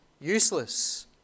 useless